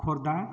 Khordha